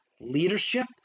leadership